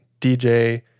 DJ